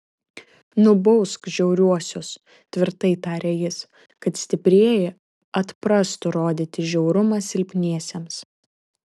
nubausk žiauriuosius tvirtai tarė jis kad stiprieji atprastų rodyti žiaurumą silpniesiems